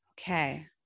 Okay